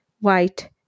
white